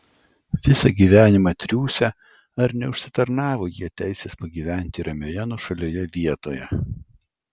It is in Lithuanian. visą gyvenimą triūsę ar neužsitarnavo jie teisės pagyventi ramioje nuošalioje vietoje